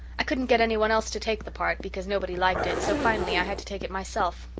i couldn't get anyone else to take the part, because nobody liked it, so finally i had to take it myself.